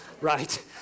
right